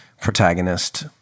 protagonist